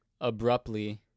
abruptly